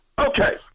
Okay